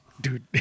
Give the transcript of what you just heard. dude